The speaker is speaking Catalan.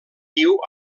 viu